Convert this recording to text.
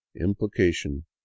implication